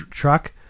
truck